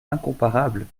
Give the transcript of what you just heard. incomparable